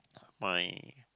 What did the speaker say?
my